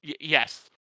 Yes